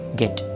get